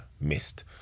missed